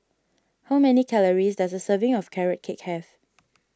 how many calories does a serving of Carrot Cake have